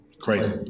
Crazy